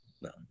No